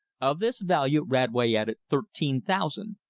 of this value radway added thirteen thousand.